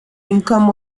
income